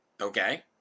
Okay